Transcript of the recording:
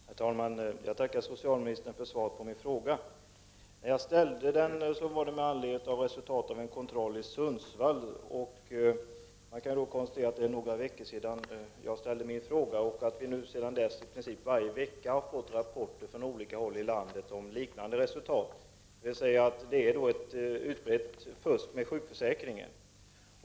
Herr talman! Jag tackar socialministern för svaret på min fråga. Jag ställde den med anledning av resultatet av en kontroll i Sundsvall. Det är några veckor sedan, och man kan nu konstatera att vi sedan dess varje vecka har fått rapporter från olika håll i landet om liknande resultat, dvs. att det förekommer ett utbrett fusk med sjukförsäkringen.